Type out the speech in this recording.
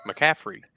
McCaffrey